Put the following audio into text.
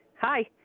Hi